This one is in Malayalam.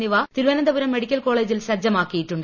എന്നിവ തിരുവനന്തപുരം മെഡിക്കൽ കോളേജിൽ സജ്ജമാക്കിയിട്ടുണ്ട്